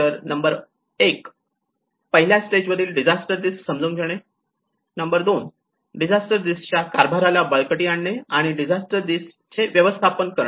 तर नंबर1 पहिल्या स्टेज वरील डिझास्टर रिस्क समजून घेणे नंबर 2 डिझास्टर रिस्क च्या कारभाराला बळकटी आणणे आणि डिझास्टर रिस्क ते व्यवस्थापन करणे